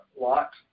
Lot